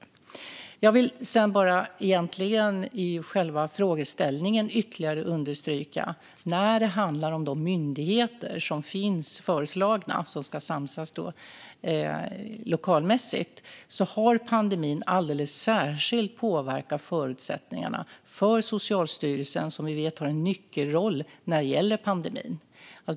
Det som jag ytterligare vill understryka i själva frågeställningen när det handlar om de myndigheter som finns föreslagna och som ska samsas lokalmässigt är att pandemin alldeles särskilt har påverkat förutsättningarna för Socialstyrelsen, som vi vet har en nyckelroll när det gäller pandemin.